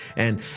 and,